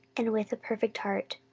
and with a perfect heart.